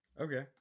Okay